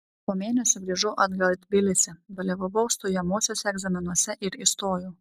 po mėnesio grįžau atgal į tbilisį dalyvavau stojamuosiuose egzaminuose ir įstojau